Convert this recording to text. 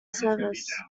service